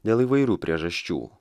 dėl įvairių priežasčių